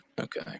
Okay